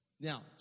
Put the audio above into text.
Now